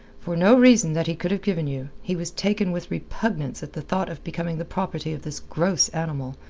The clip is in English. for no reason that he could have given you, he was taken with repugnance at the thought of becoming the property of this gross animal,